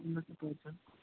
यहाँ चाहिँ पढ्छ